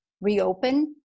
reopen